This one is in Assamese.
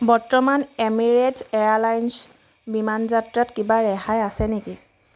বৰ্তমান এমিৰেটছ্ এয়াৰলাইন্স বিমান যাত্ৰাত কিবা ৰেহাই আছে নেকি